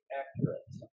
accurate